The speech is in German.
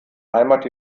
heimat